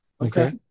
Okay